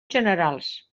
generals